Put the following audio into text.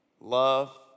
love